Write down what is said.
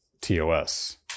TOS